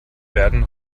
werden